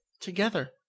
together